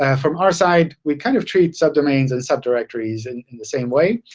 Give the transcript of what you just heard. ah from our side, we kind of treat subdomains as subdirectories and in the same way.